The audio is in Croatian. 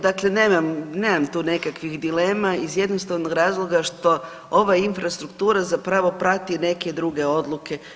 Dakle, nemam, nemam tu nekakvih dilema iz jednostavnog razloga što ova infrastruktura zapravo prati neke druge odluke.